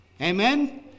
Amen